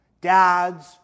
dads